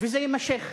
וזה יימשך.